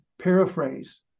paraphrase